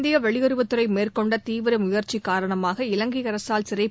இந்திய வெளியுறவுத் துறை மேற்கொண்ட தீவிர முயற்சி காரணமாக இலங்கை அரசால் சிறைப்